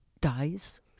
dies